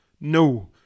No